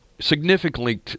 significantly